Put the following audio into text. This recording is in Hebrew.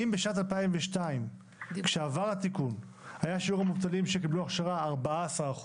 אם בשנת 2002 כשעבר התיקון היה שיעור המובטלים שקיבלו הכשרה 14%,